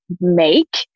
make